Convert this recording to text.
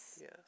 Yes